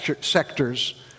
sectors